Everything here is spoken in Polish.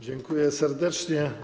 Dziękuję serdecznie.